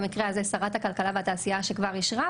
במקרה הזה שרת הכלכלה והתעשייה שכבר אישרה,